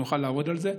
ונוכל לעבוד על זה.